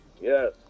Yes